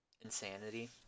insanity